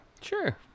Sure